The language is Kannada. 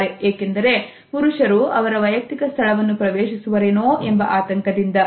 ಏಕೆಂದರೆ ಪುರುಷರು ಅವರ ವೈಯಕ್ತಿಕ ಸ್ಥಳವನ್ನು ಪ್ರವೇಶಿಸುವರೆನೋ ಎಂಬ ಆತಂಕದಿಂದ